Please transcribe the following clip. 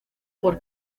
por